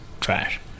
trash